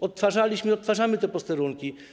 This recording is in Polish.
Odtwarzaliśmy i odtwarzamy te posterunki.